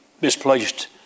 misplaced